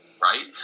Right